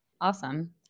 Awesome